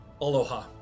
aloha